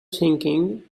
thinking